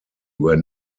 were